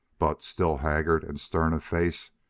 but, still haggard and stern of face,